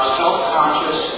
self-conscious